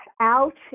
out